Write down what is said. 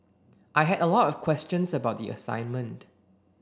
I had a lot of questions about the assignment